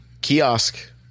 kiosk